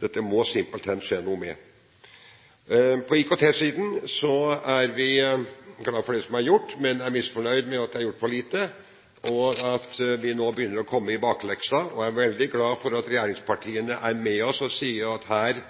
Dette må det simpelthen skje noe med. På IKT-siden er vi glad for det som er gjort, men er misfornøyd med at det er gjort for lite, og at vi nå begynner å komme i bakleksa. Jeg er veldig glad for at regjeringspartiene er med oss, og sier at her